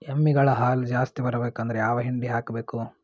ಎಮ್ಮಿ ಗಳ ಹಾಲು ಜಾಸ್ತಿ ಬರಬೇಕಂದ್ರ ಯಾವ ಹಿಂಡಿ ಹಾಕಬೇಕು?